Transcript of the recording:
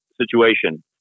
situation